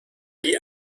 die